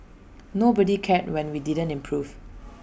nobody cared when we didn't improve